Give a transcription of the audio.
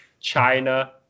China